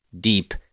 deep